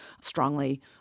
strongly